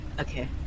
Okay